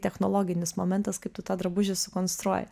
technologinis momentas kaip tu tą drabužį sukonstruoji